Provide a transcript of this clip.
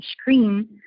screen